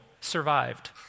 survived